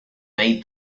bade